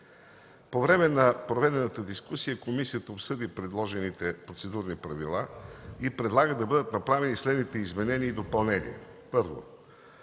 По време на проведената дискусия комисията обсъди предложените Процедурни правила и предлага да бъдат направени следните изменения и допълнения: 1.